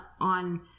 on